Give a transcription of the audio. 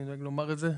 אני דואג לומר את זה.